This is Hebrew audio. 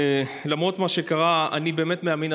למרות מה שקרה: אני באמת מאמין,